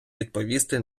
відповісти